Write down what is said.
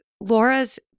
Laura's